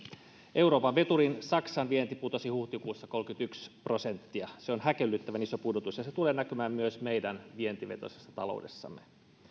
euroopan veturin saksan vienti putosi huhtikuussa kolmekymmentäyksi prosenttia se on häkellyttävän iso pudotus ja se tulee näkymään myös meidän vientivetoisessa taloudessamme